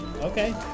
Okay